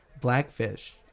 Blackfish